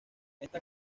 esta